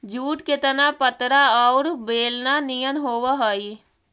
jute के तना पतरा औउर बेलना निअन होवऽ हई